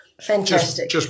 Fantastic